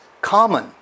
common